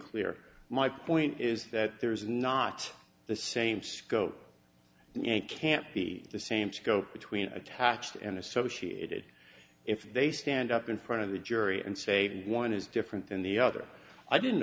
clear my point is that there is not the same scope and can't be the same scope between attached and associated if they stand up in front of the jury and say that one is different than the other i didn't